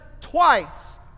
twice